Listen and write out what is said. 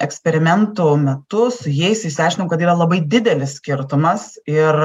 eksperimentų metu su jais išsiaiškinom kad yra labai didelis skirtumas ir